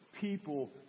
people